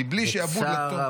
"מבלי שיבוז ---" בצער רב,